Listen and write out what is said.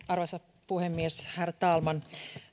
arvoisa puhemies herr talman